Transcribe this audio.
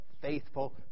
faithful